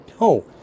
no